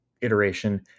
iteration